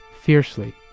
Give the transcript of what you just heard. fiercely